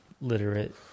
literate